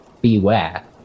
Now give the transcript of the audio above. beware